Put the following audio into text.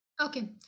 Okay